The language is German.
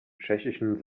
tschechischen